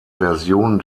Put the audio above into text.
version